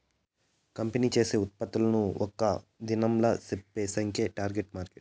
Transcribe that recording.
company చేసే ఉత్పత్తులను ఒక్క దినంలా చెప్పే సంఖ్యే టార్గెట్ మార్కెట్